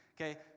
Okay